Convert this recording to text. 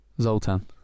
Zoltan